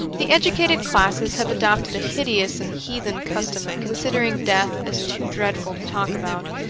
the educated classes have adopted a hideous and heathen custom of considering death as too dreadful to talk about,